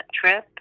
trip